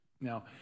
Now